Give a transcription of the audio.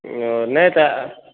ओ नहि तऽ